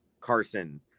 Carson